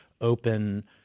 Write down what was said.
open